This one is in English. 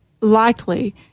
likely